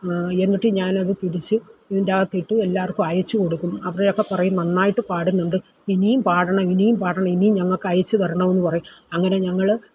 എന്നിട്ട് ഞാൻ അത് കുരിശ് ഇതിന്റെ അകത്തിട്ട് എല്ലാവർക്കും അയച്ചുകൊടുക്കും അവരൊക്കെ പറയും നന്നായിട്ട് പാടുന്നുണ്ട് ഇനിയും പാടണം ഇനിയും പാടണം ഇനിയും ഞങ്ങൾക്ക് അയച്ചുതരണം എന്നു പറയും അങ്ങനെ ഞങ്ങൾ